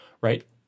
Right